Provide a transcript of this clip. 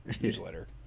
newsletter